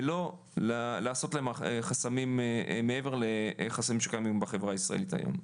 ולא לעשות להם חסמים מעבר לחסמים שקיימים בחברה הישראלית היום.